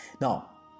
Now